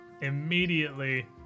immediately